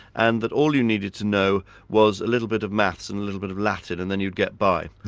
and that all you needed to know was a little bit of maths and a little bit of latin and then you'd get by.